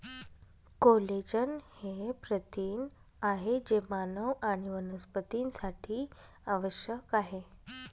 collagen हे प्रथिन आहे जे मानव आणि वनस्पतींसाठी आवश्यक आहे